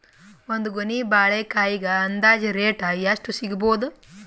ಒಂದ್ ಗೊನಿ ಬಾಳೆಕಾಯಿಗ ಅಂದಾಜ ರೇಟ್ ಎಷ್ಟು ಸಿಗಬೋದ?